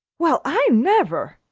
well, i never!